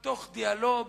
בדיאלוג,